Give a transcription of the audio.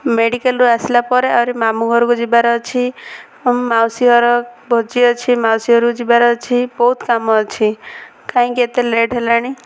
ମେଡ଼ିକାଲରୁ ଆସିଲା ପରେ ଆହୁରି ମାମୁଁଘରକୁ ଯିବାର ଅଛି ମାଉସୀ ଘର ଭୋଜି ଅଛି ମାଉସୀ ଘରକୁ ଯିବାର ଅଛି ବହୁତ କାମ ଅଛି କାହିଁକି ଏତେ ଲେଟ୍ ହେଲାଣି